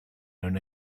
own